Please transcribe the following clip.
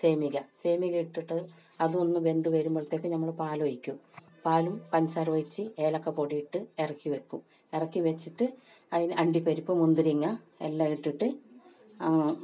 സേമിക സേമിക ഇട്ടിട്ട് അതൊന്ന് വെന്ത് വരുമ്പഴത്തേക്ക് നമ്മൾ പാലൊഴിക്കും പാലും പഞ്ചസാരയൊഴിച്ച് ഏലക്ക പൊടി ഇട്ട് ഇറക്കി വയ്ക്കും ഇറക്കി വച്ചിട്ട് അതിൽ അണ്ടിപ്പരിപ്പ് മുന്തിരിങ്ങ എല്ലാം ഇട്ടിട്ട്